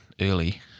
early